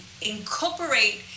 incorporate